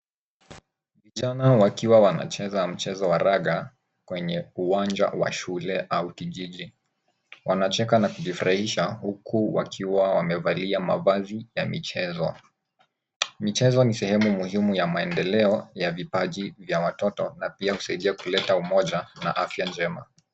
Vijana wakiwa wanacheza mchezo wa raga kwenye uwanja wa shule au kijiji. Wanacheka na kujifurahisha huku wakiwa wamevalia mavazi ya michezo. Michezo ni sehemu muhimu ya maendeleo ya vipaji vya watoto na pia husaidia kuleta umoja na afya njema,